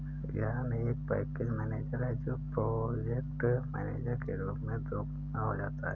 yarn एक package manager है जो प्रोजेक्ट मैनेजर के रूप में दोगुना हो जाता है